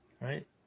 right